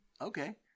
Okay